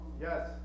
Yes